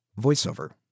voiceover